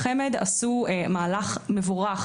החמד עשו מהלך מבורך,